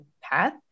path